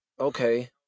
okay